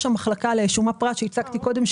המחלקה שהקמנו לשומת פרט שהצגתי קודם,